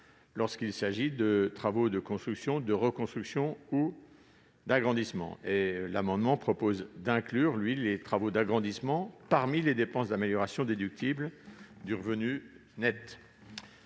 lorsqu'il s'agit de travaux de construction, de reconstruction ou d'agrandissement. L'amendement tend à inclure les travaux d'agrandissement parmi les dépenses d'amélioration déductibles du revenu net.